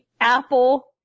apple